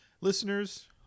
listeners